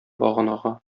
баганага